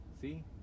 See